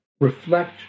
Reflect